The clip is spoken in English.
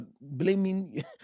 blaming